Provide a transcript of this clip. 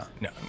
no